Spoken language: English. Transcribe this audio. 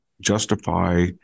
justify